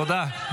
תודה.